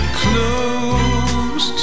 close